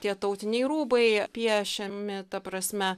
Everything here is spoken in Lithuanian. tie tautiniai rūbai piešiami ta prasme